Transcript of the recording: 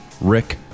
Rick